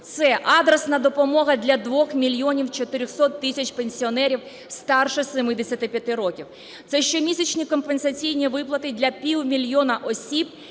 Це адресна допомога для 2 мільйонів 400 тисяч пенсіонерів старших 75 років. Це щомісячні компенсаційні виплати для півмільйона осіб,